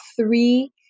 three